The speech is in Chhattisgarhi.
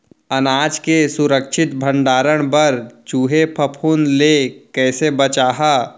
अनाज के सुरक्षित भण्डारण बर चूहे, फफूंद ले कैसे बचाहा?